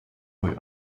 boy